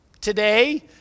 Today